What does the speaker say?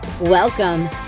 Welcome